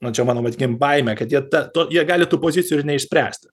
na čia mano matykim baimę kad jie ta to jie gali tų pozicijų ir neišspręsti